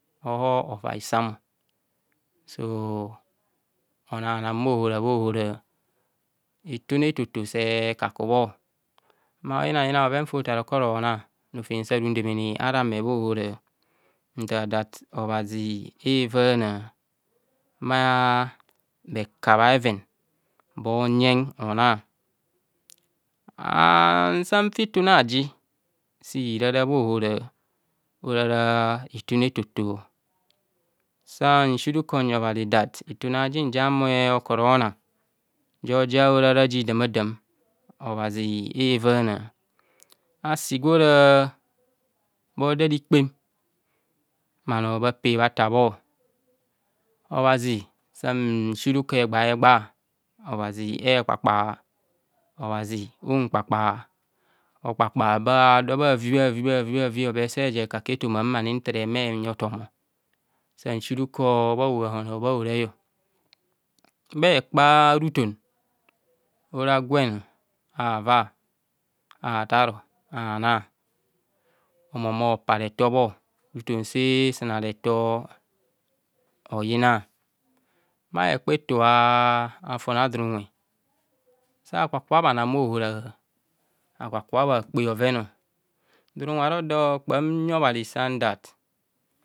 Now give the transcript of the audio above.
O ho ovai samo so onanan bhahora bhahora itune etoto se kaku bho ma oyina yina bhoven fotar okorona rofem sa rundemene ara me bhohora ntar dat obhazi evana ma bhaka bhe aven bo yen hona aa sanfa itune aji sirara bh ohora orara itune etoto san si rukor nyi obhazi dat itune ajin ja eme okoro nan joja orara ji damadam obhazi evana asi gwe ora bho da rikpem bhano bhape bha tabho obhazi san surukor egba ho egba obhazi ekpakpa obhazi ukpakpa okpakpa abe a do bhavi bhavi bhavi bhavi bese je kaku etomamani ntere humo enyi hotom san sirukor bha ohahano bha horaio bha hekpa ruton ora gweno ava atar ana mmo humo paretobho ruton se sana reto hoyina bha hekpa eto aaafon adon unwe sa ka ka bhanang bhahora akaka bha kpe bhoveno don unwe aro do kpam nyi obhazi sam dat